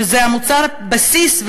שזה מוצר הבסיס,